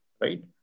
right